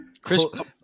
Chris